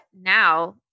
now